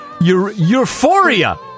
euphoria